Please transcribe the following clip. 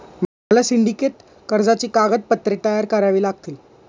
मला सिंडिकेट कर्जाची कागदपत्रे तयार करावी लागतील